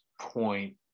point